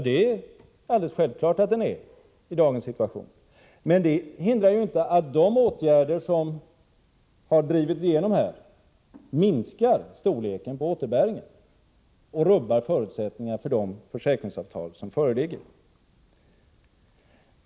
Det är alldeles självklart att den är hög i dagens situation. Det hindrar inte att de åtgärder som har drivits igenom minskar storleken på återbäringen och rubbar förutsättningarna för de försäkringsavtal som föreligger.